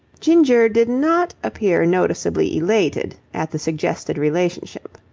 ginger did not appear noticeably elated at the suggested relationship.